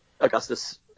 Augustus